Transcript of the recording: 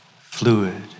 fluid